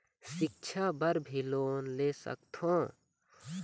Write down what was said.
सिक्छा बर भी लोन ले सकथों?